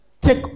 Take